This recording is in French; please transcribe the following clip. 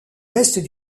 l’est